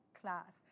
class